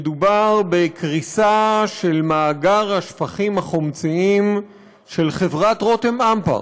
מדובר בקריסה של מאגר השפכים החומציים של חברת רותם אמפרט,